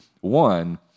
One